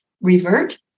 revert